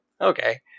Okay